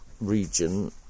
region